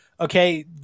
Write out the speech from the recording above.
okay